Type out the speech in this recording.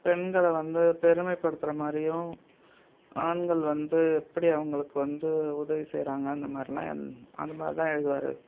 பெண்களை வந்து பெருமைப்படுத்துகிற மாதிரியும் ஆண்கள் வந்து எப்படி அவங்களுக்கு வந்து உதவி செய்கிறாங்க அந்த மாதிரிலாம் அந் அந்த மாதிரி தான் எழுதுவாரு